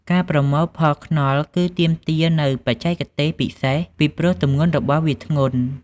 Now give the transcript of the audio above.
ការប្រមូលផលខ្នុរគឺទាមទារនូវបច្ចេកទេសពិសេស ពីព្រោះទម្ងន់របស់វាធ្ងន់។